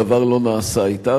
דבר לא נעשה אתה,